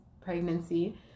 pregnancy